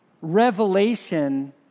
revelation